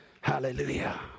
Hallelujah